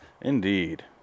Indeed